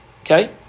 Okay